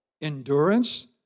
endurance